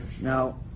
now